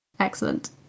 Excellent